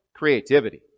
creativity